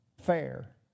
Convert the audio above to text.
fair